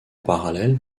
parallèle